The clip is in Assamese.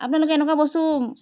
আপোনালোকে এনকুৱা বস্তু